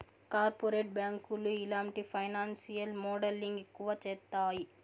corporate బ్యాంకులు ఇలాంటి financial modelling ఎక్కువ చేత్తాయి